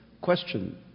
question